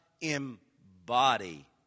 embody